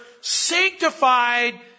sanctified